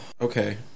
okay